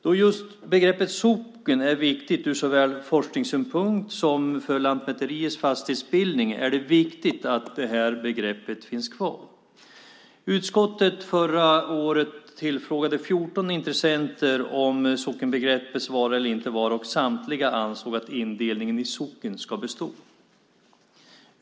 Då begreppet socken är viktigt ur såväl forskningssynpunkt som för Lantmäteriets fastighetsbildning är det viktigt att begreppet finns kvar. Utskottet tillfrågade förra året 14 intressenter om sockenbegreppets vara eller inte vara. Samtliga ansåg att indelningen i socknar ska bestå.